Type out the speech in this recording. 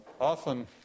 Often